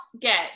get